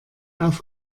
auf